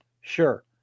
sure